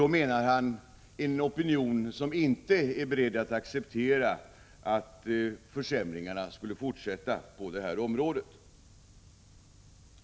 Då menar han den opinion som inte är beredd att acceptera att försämringarna skulle fortsätta på detta område.